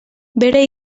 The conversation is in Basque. bere